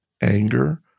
anger